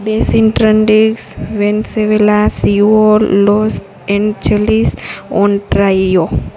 basin Trinidad Venezuela Seoul los and Chile's on trio